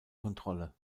kontrolle